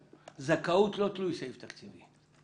זכאות היא לא תלויית סעיף תקציבי.